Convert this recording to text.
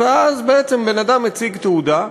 ואז בעצם בן-אדם מציג תעודה,